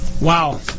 Wow